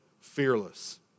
fearless